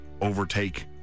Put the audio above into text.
overtake